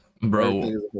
Bro